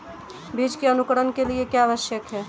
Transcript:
बीज के अंकुरण के लिए क्या आवश्यक है?